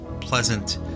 pleasant